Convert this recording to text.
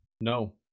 No